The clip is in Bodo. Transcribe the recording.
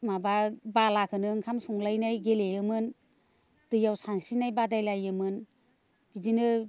माबा बालाखोनो ओंखाम संलायनाय गेलेयोमोन दैयाव सानस्रिनाय बादायलायोमोन बिदिनो